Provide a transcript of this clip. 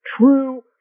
true